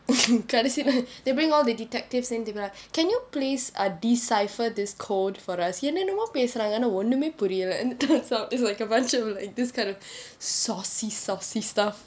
கடைசிலே:kadaisilae they bring all the detectives in they be like can you please err decipher this code for us என்ன என்னமோ பேசுறாங்க ஆனா ஒண்ணுமே புரியல்லே:enna ennamo pesuraanga aanaa onnume puriyalae and turns out it's like a bunch of like this kind of saucy saucy stuff